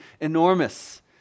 enormous